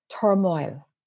turmoil